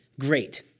Great